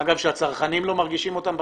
אגב, הצרכנים לא מרגישים אותם בכיס.